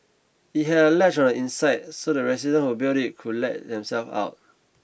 it had a latch on the inside so the residents who built it could let themselves out